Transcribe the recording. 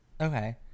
Okay